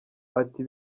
ati